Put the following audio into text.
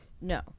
No